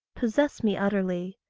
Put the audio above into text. possess me utterly.